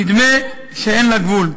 נדמה שאין לה גבול.